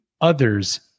others